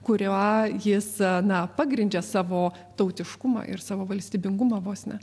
kuria jis na pagrindžia savo tautiškumą ir savo valstybingumą vos ne